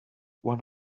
one